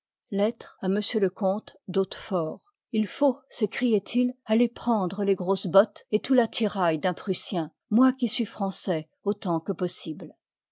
à m le comte d'haute faut sécrioit il aller prendre les grosses bottes et tout tattirail d'un prussien moi qui suis français autant que possible